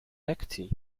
lekcji